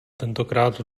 tentokrát